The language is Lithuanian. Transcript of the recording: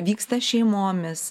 vyksta šeimomis